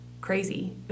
crazy